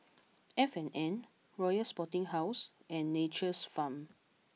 F and N Royal Sporting House and Nature's Farm